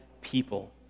people